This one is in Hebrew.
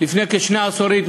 לפני כשני עשורים,